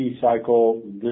cycle